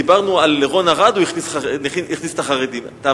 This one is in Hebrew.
דיברנו על רון ארד, הוא הכניס את האברכים.